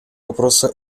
вопроса